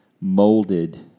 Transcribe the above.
molded